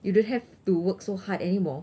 you don't have to work so hard anymore